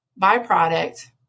byproduct